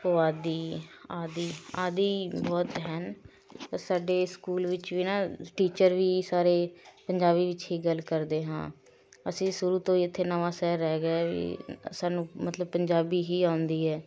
ਪੁਆਧੀ ਆਦਿ ਆਦਿ ਬਹੁਤ ਹਨ ਔਰ ਸਾਡੇ ਸਕੂਲ ਵਿੱਚ ਵੀ ਨਾ ਟੀਚਰ ਵੀ ਸਾਰੇ ਪੰਜਾਬੀ ਵਿੱਚ ਹੀ ਗੱਲ ਕਰਦੇ ਹਾਂ ਅਸੀਂ ਸ਼ੁਰੂ ਤੋਂ ਹੀ ਇੱਥੇ ਨਵਾਂਸ਼ਹਿਰ ਰਹਿ ਗਏ ਵੀ ਸਾਨੂੰ ਮਤਲਬ ਪੰਜਾਬੀ ਹੀ ਆਉਂਦੀ ਹੈ